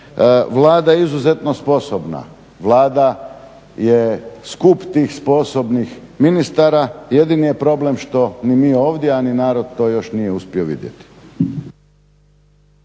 Vlada je izuzetno sposobna. Vlada je skup tih sposobnih ministara, jedini je problem što ni mi ovdje, a ni narod to još nije uspio vidjeti.